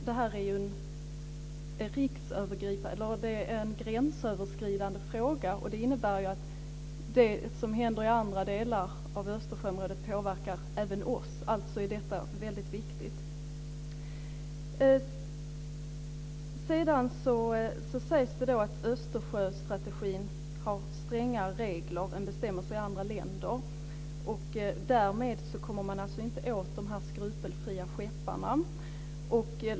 Det här är ju en gränsöverskridande fråga, och det innebär att det som händer i andra delar av Östersjön påverkar även oss. Alltså är detta väldigt viktigt. Det sägs att Östersjöstrategin innebär strängare regler än bestämmelser i andra länder. Därmed kommer man inte åt de skrupelfria skepparna.